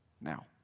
now